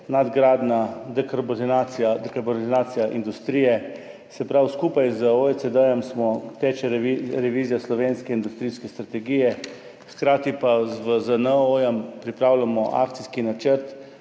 nadgradnja dekarbonizacije industrije. Se pravi, skupaj z OECD teče revizija slovenske industrijske strategije, hkrati pa pripravljamo akcijski načrt